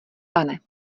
pane